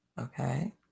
okay